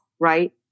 right